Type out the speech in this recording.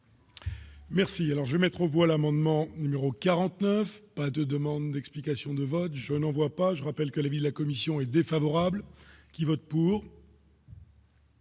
Merci, alors je mettre voilà Mandement numéro 49 pas de demandes d'explications de vote, je n'en vois pas, je rappelle que l'avis de la commission est défavorable, qui vote pour.